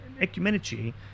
Ecumenici